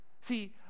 See